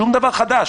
שום דבר חדש.